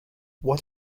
what